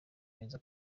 meza